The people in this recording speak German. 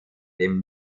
dem